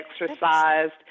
exercised